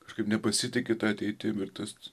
kažkaip nepasitiki ta ateitim ir tas